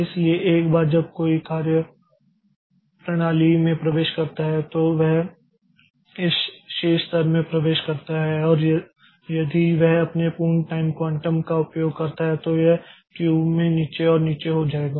इसलिए एक बार जब कोई कार्य प्रणाली में प्रवेश करता है तो वह इस शीर्ष स्तर में प्रवेश करता है और यदि वह अपने पूर्ण टाइम क्वांटम का उपयोग करता है तो यह क्यू में नीचे और नीचे में हो जाएगा